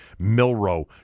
Milrow